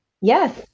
Yes